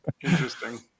Interesting